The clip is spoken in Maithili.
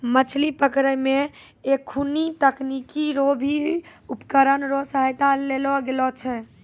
मछली पकड़ै मे एखुनको तकनीकी रो भी उपकरण रो सहायता लेलो गेलो छै